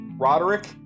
Roderick